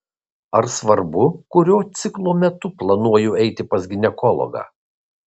ar svarbu kuriuo ciklo metu planuoju eiti pas ginekologą